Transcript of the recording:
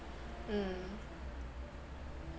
mm